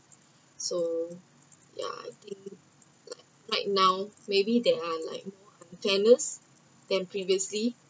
so ya I think like right now maybe they are like more unfairness than previously